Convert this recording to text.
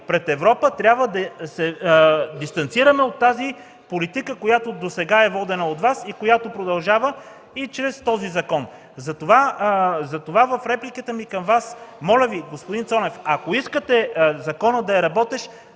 пред Европа, трябва да се дистанцираме от тази политика, която досега е водена от Вас и която продължава и чрез този закон. Затова репликата ми към Вас е – моля Ви, господин Цонев, ако искате законът да е работещ,